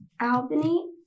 Albany